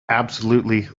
absolutely